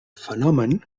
fenomen